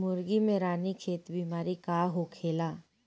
मुर्गी में रानीखेत बिमारी का होखेला?